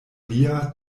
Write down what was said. lia